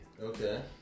Okay